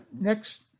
next